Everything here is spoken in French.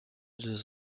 deux